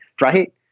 right